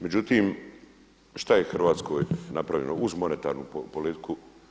Međutim, šta je Hrvatskoj napravljeno uz monetarnu politiku?